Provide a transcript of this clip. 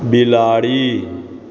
बिलाड़ि